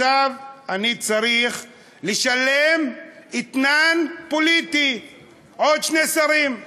עכשיו אני צריך לשלם אתנן פוליטי עוד שני שרים.